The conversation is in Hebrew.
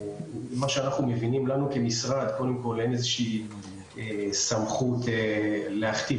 ממה שאנחנו מבינים לנו כמשרד אין איזושהי סמכות להכתיב